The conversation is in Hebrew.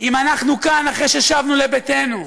אם אנחנו כאן, אחרי ששבנו לביתנו,